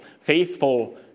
Faithful